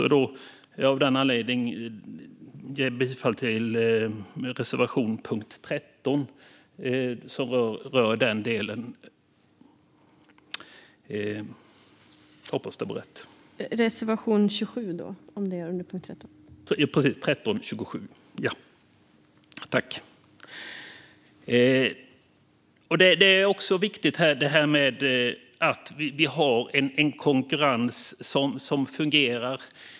Av den anledningen, fru talman, skulle jag vilja yrka bifall till reservation 27 under punkt 13, som rör denna del. Det är viktigt att ha en konkurrens som fungerar.